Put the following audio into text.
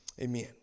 Amen